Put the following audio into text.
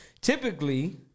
typically